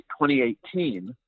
2018